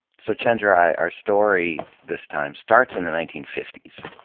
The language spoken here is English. so chenjerai, our story this time starts in the nineteen fifty s,